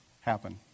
happen